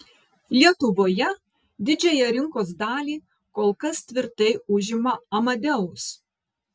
lietuvoje didžiąją rinkos dalį kol kas tvirtai užima amadeus